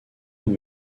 long